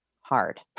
hard